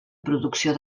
producció